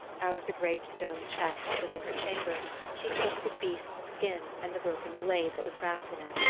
out of the great stone chest that was in her chamber she took the beast's skin and the broken blade that was wrapped in it.